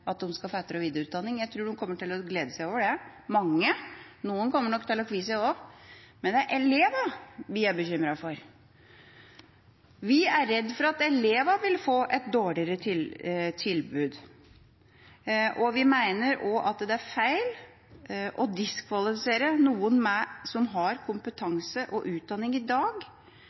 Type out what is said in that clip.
at de skulle få etter- og videreutdanning. Jeg er ikke noe redd for at lærerne skal få etter- og videreutdanning. Jeg tror mange kommer til å glede seg over det. Noen kommer nok til å kvi seg også. Det er elevene vi er bekymret for. Vi er redde for at elevene vil få et dårligere tilbud. Vi mener også at det er feil å diskvalifisere noen som har